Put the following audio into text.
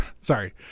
Sorry